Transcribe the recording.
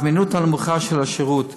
הזמינות הנמוכה של השירות,